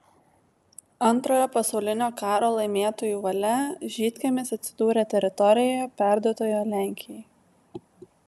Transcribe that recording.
antrojo pasaulinio karo laimėtojų valia žydkiemis atsidūrė teritorijoje perduotoje lenkijai